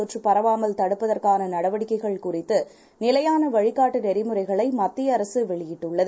தொற்றுபரவாமல்தடுப்பதற்கானநடவடிக்கைகள்குறித்துநிலையானவழிகாட் டுநெறிமுறைகளைமத்தியஅரசுவெளியிட்டுள்ளது